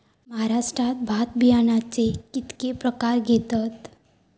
महाराष्ट्रात भात बियाण्याचे कीतके प्रकार घेतत?